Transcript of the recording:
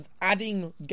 adding